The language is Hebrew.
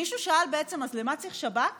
מישהו שאל, בעצם, אז למה צריך שב"כ